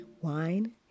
Wine